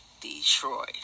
Detroit